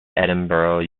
edinburgh